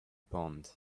pond